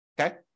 okay